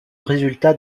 résultat